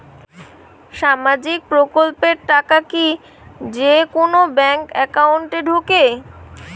সামাজিক প্রকল্পের টাকা কি যে কুনো ব্যাংক একাউন্টে ঢুকে?